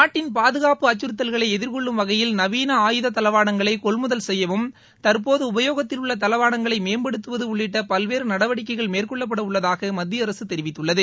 நாட்டின் பாதுகாப்பு அச்சுறுத்தல்களை எதிர்கொள்ளும் வகையில் நவீன ஆயுத தளவாடங்களை கொள்முதல் மற்றும் செய்யவும் தற்போது உபயோகத்தில் உள்ள தளவாடங்களை மேம்படுத்துவது உள்ளிட்ட பல்வேறு நடவடிக்கைகள் மேற்கொள்ளப்படவுள்ளதாக மத்தியஅரசு தெரிவித்துள்ளது